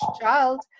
child